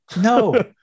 No